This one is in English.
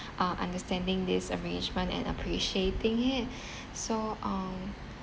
uh understanding this arrangement and appreciating it so um